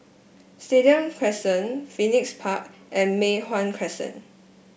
Stadium Crescent Phoenix Park and Mei Hwan Crescent